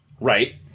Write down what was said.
Right